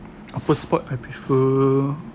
apa sport I prefer